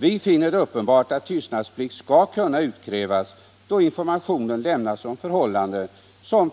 Vi finner det uppenbart att tystnadsplikt skall kunna utkrävas, 1. ex. då information lämnas om förhållanden som